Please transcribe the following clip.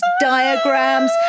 diagrams